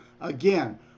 again